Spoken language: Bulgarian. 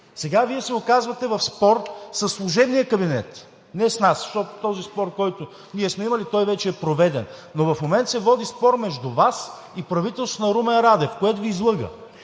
Сега Вие се оказвате в спор със служебния кабинет, а не с нас, защото спорът, който сме имали, вече е проведен. В момента се води спор между Вас и правителството на Румен Радев, което Ви излъга.